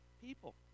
people